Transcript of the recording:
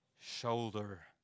shoulder